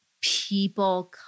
people